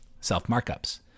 self-markups